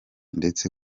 ndetse